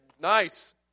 nice